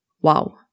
Wow